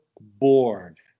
bored